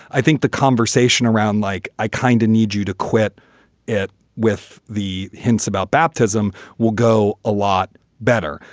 i think the conversation around like i kinda kind of need you to quit it with the hints about baptism will go a lot better,